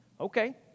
Okay